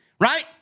right